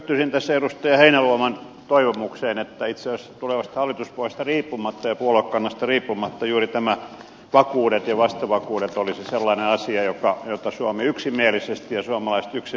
yhtyisin tässä edustaja heinäluoman toivomukseen että tulevasta hallituspohjasta ja puoluekannasta riippumatta juuri vakuudet ja vastavakuudet olisivat sellainen asia jota suomi ja suomalaiset yksimielisesti edellyttävät